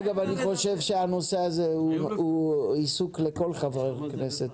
אגב, אני חושב שהנושא הזה הוא עיסוק לכל חבר כנסת.